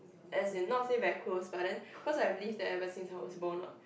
as in not say very close but then cause I really there ever since her was born what